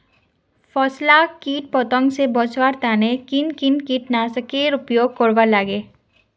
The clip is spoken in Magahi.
फसल लाक किट पतंग से बचवार तने किन किन कीटनाशकेर उपयोग करवार लगे?